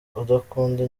udakunda